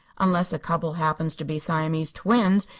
unless a couple happens to be siamese twins,